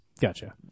Gotcha